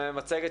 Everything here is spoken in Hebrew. עם מצגת